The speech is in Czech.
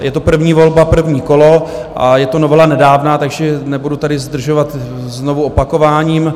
Je to první volba, první kolo a je to novela nedávná, takže nebudu tady zdržovat znovu opakováním.